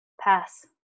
pass